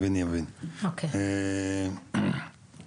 פעמיים --- למה אבל?